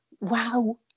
wow